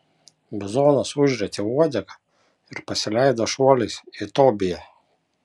bizonas užrietė uodegą ir pasileido šuoliais į tobiją